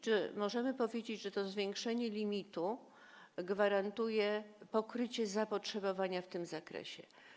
Czy możemy powiedzieć, że to zwiększenie limitu gwarantuje pokrycie zapotrzebowania w tym zakresie?